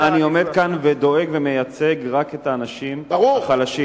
אני עומד כאן ודואג ומייצג רק את האנשים החלשים.